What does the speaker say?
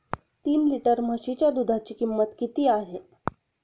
तीन लिटर म्हशीच्या दुधाची किंमत किती आहे?